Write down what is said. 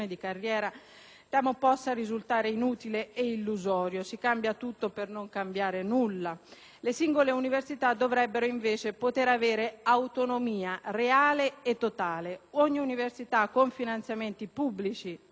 temo possa risultare inutile e illusorio: si cambia tutto per non cambiare nulla. Le singole università dovrebbero invece poter avere autonomia reale e totale. Ogni università, con finanziamenti pubblici e privati,